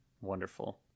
Wonderful